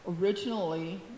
originally